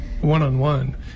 one-on-one